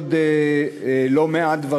חסרים בחוק הזה עוד לא מעט דברים.